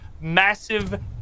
massive